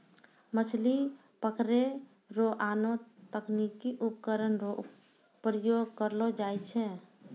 मछली पकड़ै रो आनो तकनीकी उपकरण रो प्रयोग करलो जाय छै